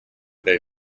they